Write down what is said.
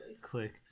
click